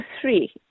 three